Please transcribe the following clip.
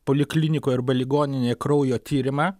poliklinikoj arba ligoninėj kraujo tyrimą